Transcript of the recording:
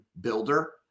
builder